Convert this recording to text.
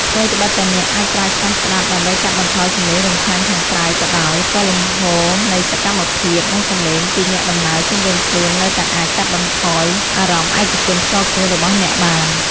ថ្វីត្បិតតែអ្នកអាចប្រើកាសស្តាប់ដើម្បីកាត់បន្ថយសំឡេងរំខានខាងក្រៅក៏ដោយ ក៏លំហូរនៃសកម្មភាព និងសំឡេងពីអ្នកដំណើរជុំវិញខ្លួននៅតែអាចកាត់បន្ថយអារម្មណ៍ឯកជនផ្ទាល់ខ្លួនរបស់អ្នកបាន។